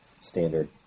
Standard